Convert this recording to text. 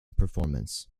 performance